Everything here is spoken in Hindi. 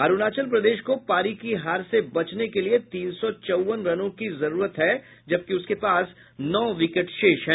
अरूणाचल प्रदेश को पारी की हार से बचने के लिए तीन सौ चौवन रनों की जरूरत है जबकि उसके पास नौ विकेट शेष है